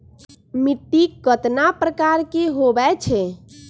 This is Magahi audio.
मिट्टी कतना प्रकार के होवैछे?